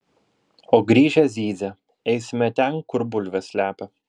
o grįžę zyzia eisime ten kur bulves slepia